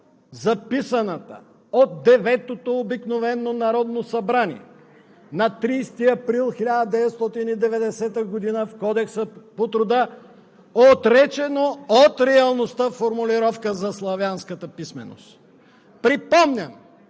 записаната от Деветото обикновено народно събрание, на 30 април 1990 г. в Кодекса по труда, отречена от реалността, формулировка за славянската писменост. Припомням,